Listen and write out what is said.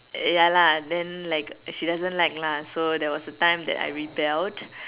ya lah then like she doesn't like lah so there was a time that I rebelled